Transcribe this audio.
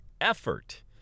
effort